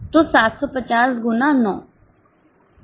तो 750 गुना 9